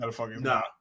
nah